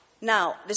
Now